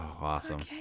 awesome